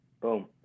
Boom